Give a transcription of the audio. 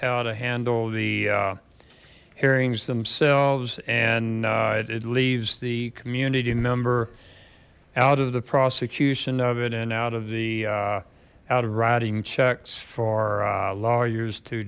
how to handle the hearings themselves and it leaves the community number out of the prosecution of it and out of the out of writing checks for lawyers to